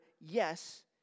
yes